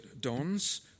dons